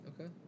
Okay